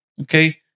okay